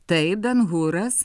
taip ben huras